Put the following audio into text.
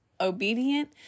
obedient